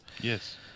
Yes